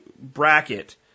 bracket